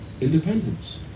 independence